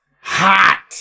Hot